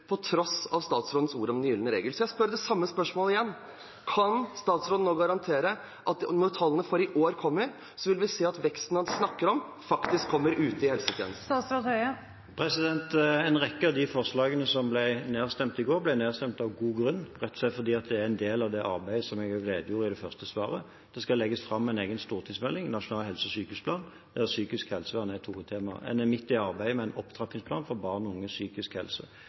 på tross av statsrådens ord om «den gylne regel». Så jeg stiller det samme spørsmålet igjen: Kan statsråden nå garantere at når tallene for i år kommer, vil vi se at veksten han snakker om, faktisk kommer ute i helsetjenesten? En rekke av de forslagene som ble nedstemt i går, ble nedstemt av en god grunn, rett og slett fordi det er en del av det arbeidet som jeg redegjorde for i det første svaret. Det skal legges fram en egen stortingsmelding, en nasjonal helse- og sykehusplan, der psykisk helsevern er et hovedtema. En er midt i arbeidet med en opptrappingsplan for barn og unges psykiske helse.